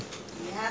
ten thirty